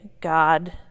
God